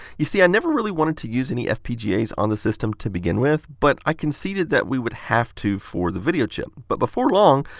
you see, i never really wanted to use any fpgas on the system to begin with. but i conceded that we would have to for the video chip. but before long,